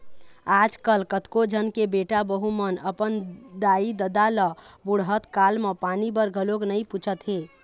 आजकल कतको झन के बेटा बहू मन अपन दाई ददा ल बुड़हत काल म पानी बर घलोक नइ पूछत हे